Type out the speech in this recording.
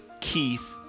Keith